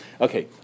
Okay